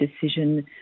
decision